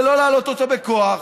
ולא להעלות אותו בכוח